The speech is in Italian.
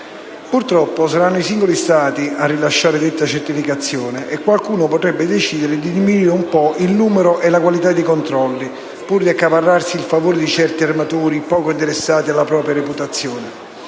Purtroppo, saranno i singoli Stati a rilasciare detta certificazione e qualcuno potrebbe decidere di diminuire un po' il numero e la qualità dei controlli, pur di accaparrarsi il favore di certi armatori, poco interessati alla propria reputazione.